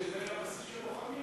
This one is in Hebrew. תגיד שזה היה בסיס של לוחמים.